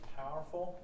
powerful